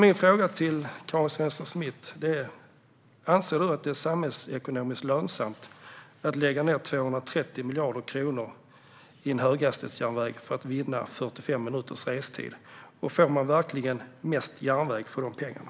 Anser Karin Svensson Smith att det är samhällsekonomiskt lönsamt att lägga 230 miljarder kronor på en höghastighetsjärnväg för att vinna 45 minuters restid? Får vi verkligen mest järnväg för de pengarna?